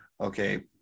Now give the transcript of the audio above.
okay